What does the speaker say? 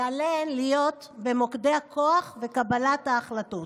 ועליהן להיות במוקדי הכוח וקבלת ההחלטות.